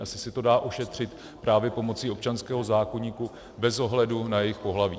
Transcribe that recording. Asi se to dá ošetřit právě pomocí občanského zákoníku bez ohledu na jejich pohlaví.